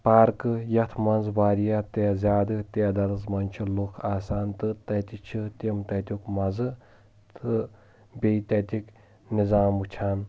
پارکہٕ یتھ منٛز واریاہ تہیہ زیادٕ تعدادس منٛز چھِ لُکھ آسان تہٕ تتہِ چھِ تِم تتیُک مزٕ تہٕ بیٚیہِ تتٕکۍ نظام وُچھان